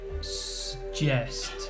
suggest